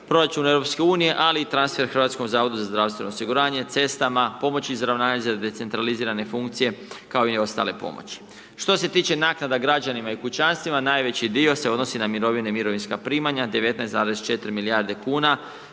proračuna EU ali i transfer HZZO-u, cestama, pomoći .../Govornik se ne razumije./... funkcije kao i ostale pomoći. Što se tiče naknada građanima i kućanstvima, najveći dio se odnosi na mirovine i mirovinska primanja 19,4 milijarde kuna.